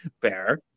fair